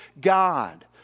God